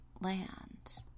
land